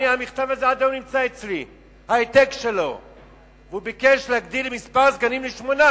העתק של המכתב עד היום נמצא אצלי וביקש להגדיל את מספר הסגנים לשמונה,